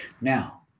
Now